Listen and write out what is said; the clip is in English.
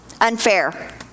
unfair